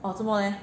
orh 做么 leh